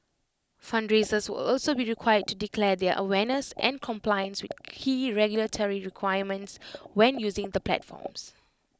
fundraisers will also be required to declare their awareness and compliance with key regulatory requirements when using the platforms